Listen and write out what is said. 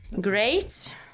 Great